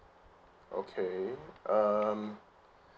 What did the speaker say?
okay um